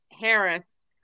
Harris